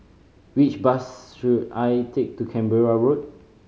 which bus should I take to Canberra Road